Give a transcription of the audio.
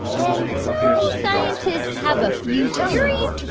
and though scientists have a few theories,